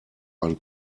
einen